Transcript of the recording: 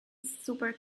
super